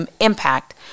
impact